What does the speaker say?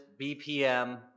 BPM